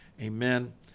Amen